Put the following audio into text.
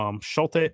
Schulte